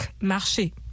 marcher ».«